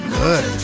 good